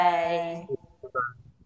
Bye